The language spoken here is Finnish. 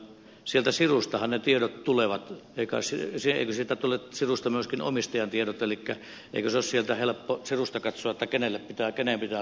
sieltä sirustahan ne tiedot tulevat eikö sieltä tule sirusta myöskin omistajan tiedot elikkä eikö ole helppoa sieltä helppo sivustakatsota kenelle tai kenen idea